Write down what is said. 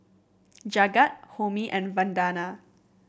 Jagat Homi and Vandana